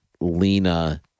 Lena